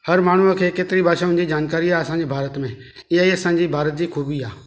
हर माण्हुअ खे केतिरी भाषाउनि जी जानकारी आहे असांजे भारत में इहेई असांजी भारत जी खूबी आहे